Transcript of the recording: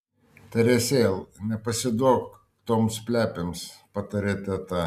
teresėl nepasiduok toms plepėms patarė teta